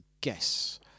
guess